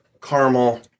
caramel